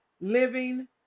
Living